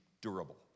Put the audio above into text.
durable